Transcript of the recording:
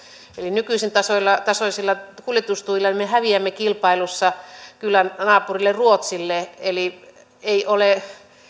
nykyisen tasoisilla tasoisilla kuljetustuilla me häviämme kilpailussa kyllä naapurille ruotsille eli ei ole